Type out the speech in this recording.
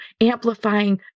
amplifying